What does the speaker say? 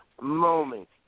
moment